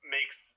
makes